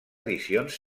edicions